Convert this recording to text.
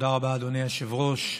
תודה רבה, אדוני היושב-ראש.